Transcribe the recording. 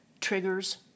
triggers